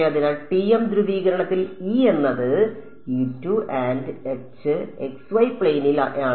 അതിനാൽ TM ധ്രുവീകരണത്തിൽ E എന്നത് H xy പ്ലെയിനിൽ ആണ്